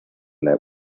that